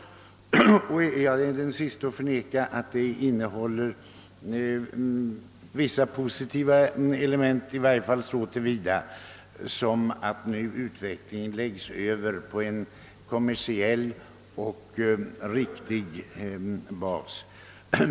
Jag är den sista att förneka att förslaget innehåller vissa positiva element, i varje fall så till vida som att utvecklingen nu läggs över på en kommersiell bas.